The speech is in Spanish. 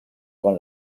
con